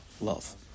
Love